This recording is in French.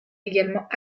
également